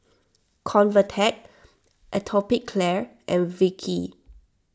Convatec Atopiclair and Vichy